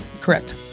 Correct